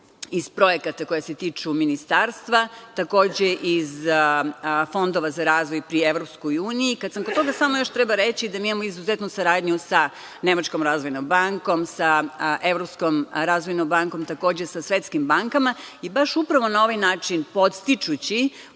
iz projekata koja se tiču ministarstva, takođe iz fondova za razvoj pri EU. Kad sam kod toga, samo još treba reći da mi imamo izuzetnu saradnju sa Nemačkom razvojnom bankom, sa Evropskom razvojnom bankom, takođe sa svetskim bankama. I baš upravo na ovaj način, podstičući